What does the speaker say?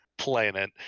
planet